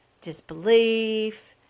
disbelief